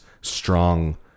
strong